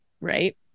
right